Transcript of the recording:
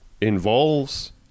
involves